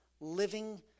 Living